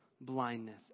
blindness